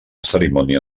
cerimònia